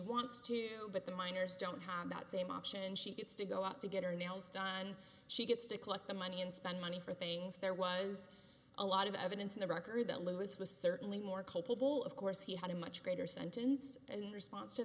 wants to but the miners don't have that same option she gets to go out to get her nails done she gets to collect the money and spend money for things there was a lot of evidence in the record that louis was certainly more culpable of course he had a much greater sentence and response to